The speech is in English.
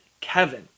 Kevin